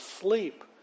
sleep